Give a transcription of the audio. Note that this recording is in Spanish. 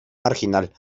marginal